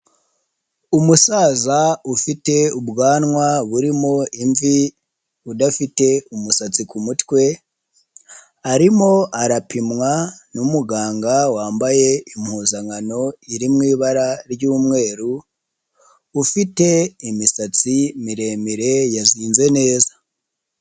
Umusaza ufite ubwanwa burimo imvi, udafite umusatsi ku mutwe, arimo arapimwa n'umuganga wambaye impuzankano iri mu ibara ry'umweru, ufite imisatsi miremire yazinze neza.